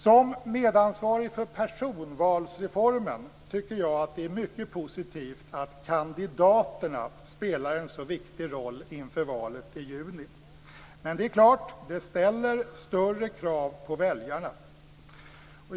Som medansvarig för personvalsreformen tycker jag att det är mycket positivt att kandidaterna spelar en så viktig roll inför valet i juni. Men det är klart; det ställer större krav på väljarna.